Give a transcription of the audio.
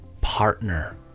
partner